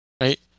Right